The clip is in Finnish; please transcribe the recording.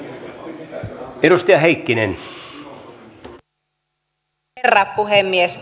arvoisa herra puhemies